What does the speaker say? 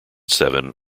seven